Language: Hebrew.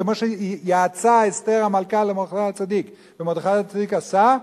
כמו שיעצה אסתר המלכה למרדכי הצדיק ומרדכי הצדיק עשה,